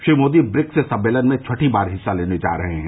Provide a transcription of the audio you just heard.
Shri Modi BRICS सम्मेलन में छठी बार हिस्सा लेने जा रहे हैं